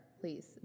please